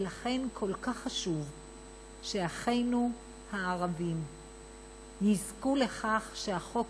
ולכן כל כך חשוב שאחינו הערבים יזכו לכך שהחוק יתממש,